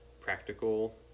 practical